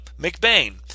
McBain